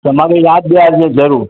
त मूंखे यादि ॾियारजांइ ज़रूरु